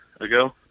ago